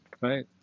right